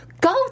go